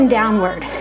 downward